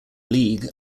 league